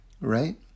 Right